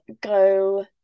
go